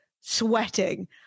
sweating